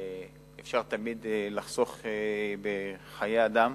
אפשר תמיד לחסוך בחיי אדם.